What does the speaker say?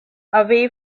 away